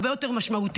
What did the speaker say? הרבה יותר משמעותי,